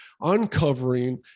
uncovering